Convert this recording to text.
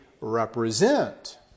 represent